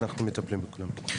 אנחנו מטפלים בכולם.